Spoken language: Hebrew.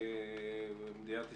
כמדינת ישראל,